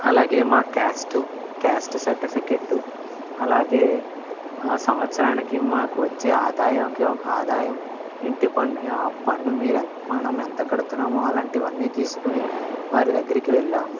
అలాగే మా caste caste certificate అలాగే సంవత్సరానికి మాకు వచ్చే ఆదాయం ఆదాయం ఇంటి ప పన్ను మీద మనం ఎంత కడుతున్నామో అలాంటివన్నీ తీసుకుని వారి దగ్గరికి వెళ్ళాము